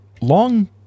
long